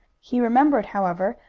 he remembered, however,